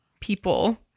people